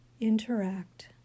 interact